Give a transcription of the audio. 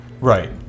Right